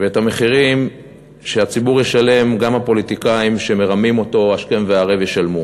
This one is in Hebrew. ואת המחירים שהציבור ישלם גם הפוליטיקאים שמרמים אותו השכם והערב ישלמו,